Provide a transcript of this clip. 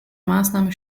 maßnahme